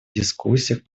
дискуссиях